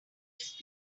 just